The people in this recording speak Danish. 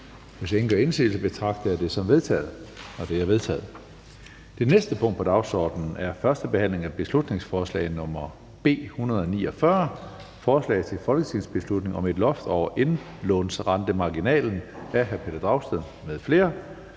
Hvis ingen gør indsigelse, betragter jeg det som vedtaget. Det er vedtaget. --- Det næste punkt på dagsordenen er: 26) 1. behandling af beslutningsforslag nr. B 149: Forslag til folketingsbeslutning om et loft over indlånsrentemarginalen. Af Pelle Dragsted (EL) m.fl.